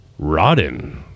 Rodden